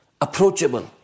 approachable